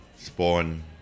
Spawn